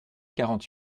quarante